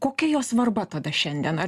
kokia jo svarba tada šiandien ar